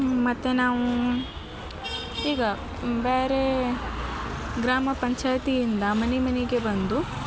ಮತ್ತು ನಾವು ಈಗ ಬೇರೆ ಗ್ರಾಮ ಪಂಚಾಯಿತಿಯಿಂದ ಮನೆ ಮನೆಗೆ ಬಂದು